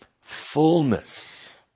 fullness